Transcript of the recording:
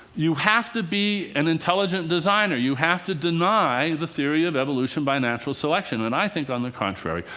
you have to be an intelligent designer, you have to deny the theory of evolution by natural selection. and i think, on the contrary,